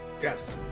Yes